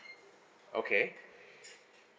okay